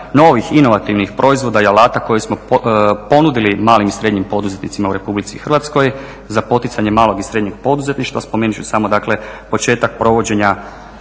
novih inovativnih proizvoda i alata koje smo ponudili malim i srednjim poduzetnicima u RH za poticanje malog i srednjeg poduzetništva. Spomenut ću samo dakle početak provođenja